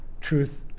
Truth